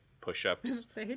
push-ups